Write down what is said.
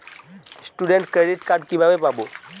Student credit card কিভাবে পাব?